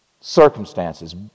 circumstances